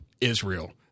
Israel